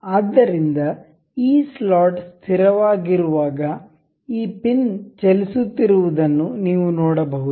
ಆದ್ದರಿಂದ ಈ ಸ್ಲಾಟ್ ಸ್ಥಿರವಾಗಿರುವಾಗ ಈ ಪಿನ್ ಚಲಿಸುತ್ತಿರುವುದನ್ನು ನೀವು ನೋಡಬಹುದು